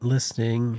listening